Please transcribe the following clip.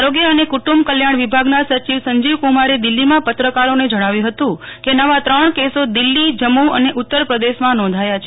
આરોગ્ય અને કુંટુબ કલ્યાણ વિભાગના સચિવ સંજીવ કુમારે આજે દિલ્હીમાં પત્રકારોને જણાવ્યું હતુ કે નવા ત્રણ કેસો દિલ્હી જમ્મુ અને ઉત્તર પ્રદેશમાં નોંધાયા છે